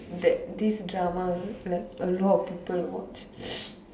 that this drama like a lot of people watch